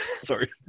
sorry